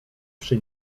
przy